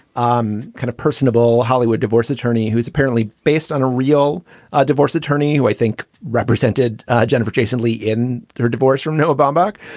um kind of personable hollywood divorce attorney who's apparently based on a real ah divorce attorney who i think represented jennifer jason leigh in her divorce from noah baumbach.